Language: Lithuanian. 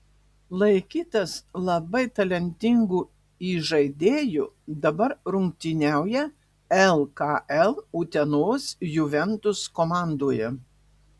laikytas labai talentingu įžaidėju dabar rungtyniauja lkl utenos juventus komandoje